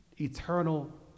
Eternal